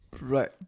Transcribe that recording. Right